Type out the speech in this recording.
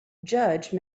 judge